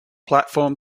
platform